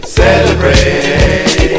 celebrate